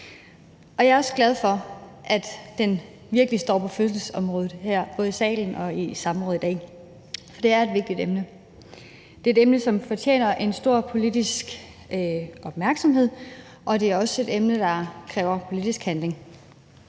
Jeg er også glad for, at fødselsområdet er på dagsordenen både her i salen og i samrådet i dag, for det er et vigtigt emne. Det er et emne, som fortjener en stor politisk opmærksomhed, og det er også et emne, der kræver politisk handling.